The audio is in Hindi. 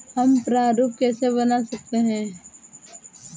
हम प्रारूप कैसे बना सकते हैं?